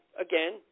again